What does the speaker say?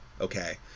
okay